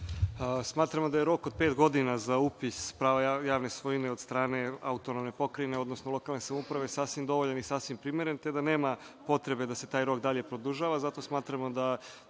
Smatramo da je rok od pet godina za upis prava javne svojine od strane AP, odnosno lokalne samouprave sasvim dovoljan i sasvim primeren, te da nema potrebe da se taj rok dalje produžava. Zato smatramo da